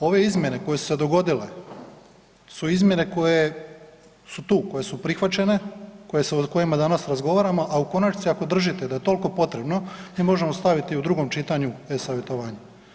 Ove izmjene koje su se dogodile su izmjene koje su tu, koje su prihvaćene, o kojima danas razgovaramo, a u konačnici ako držite da je toliko potrebno mi možemo staviti i u drugom čitanju e-savjetovanje.